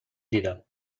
دیدم